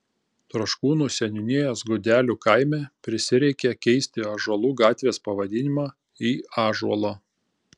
troškūnų seniūnijos gudelių kaime prisireikė keisti ąžuolų gatvės pavadinimą į ąžuolo